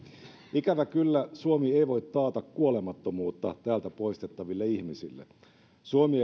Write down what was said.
ikävä kyllä suomi ei voi taata kuolemattomuutta täältä poistettaville ihmisille suomi